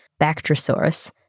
Bactrosaurus